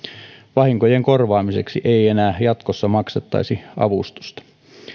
vahinkojen korvaamiseksi ei enää jatkossa maksettaisi avustusta